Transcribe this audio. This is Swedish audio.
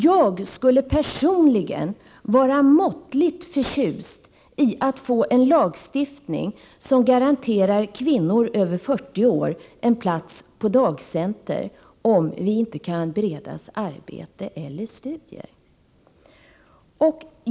Jag skulle personligen vara måttligt förtjust i en lagstiftning som garanterar kvinnor över 40 år en plats på dagcenter om vi inte kan beredas arbete eller studier.